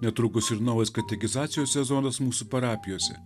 netrukus ir naujas katekizacijos sezonas mūsų parapijose